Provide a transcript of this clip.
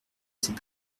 s’est